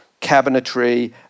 cabinetry